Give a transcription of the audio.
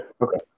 okay